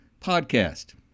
podcast